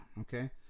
okay